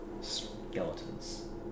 skeletons